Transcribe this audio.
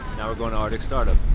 now we're going to arcticstartup.